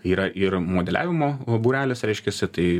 yra ir modeliavimo o būreliuose reiškiasi tai